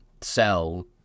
sell